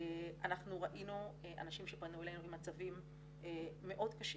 אנחנו ראינו אנשים שפנו אלינו עם מצבים מאוד קשים.